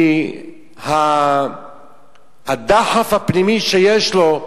כי הדחף הפנימי שיש לו,